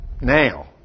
Now